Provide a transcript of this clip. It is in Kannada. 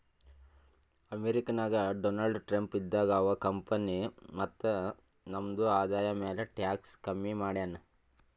ಅಮೆರಿಕಾ ನಾಗ್ ಡೊನಾಲ್ಡ್ ಟ್ರಂಪ್ ಇದ್ದಾಗ ಅವಾ ಕಂಪನಿ ಮತ್ತ ನಮ್ದು ಆದಾಯ ಮ್ಯಾಲ ಟ್ಯಾಕ್ಸ್ ಕಮ್ಮಿ ಮಾಡ್ಯಾನ್